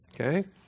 Okay